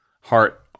heart